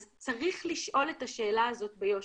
אז צריך לשאול את השאלה הזאת ביושר,